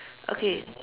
okay